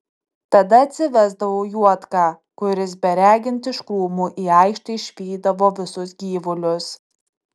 tada atsivesdavau juodką kuris beregint iš krūmų į aikštę išvydavo visus gyvulius